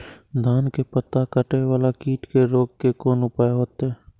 धान के पत्ता कटे वाला कीट के रोक के कोन उपाय होते?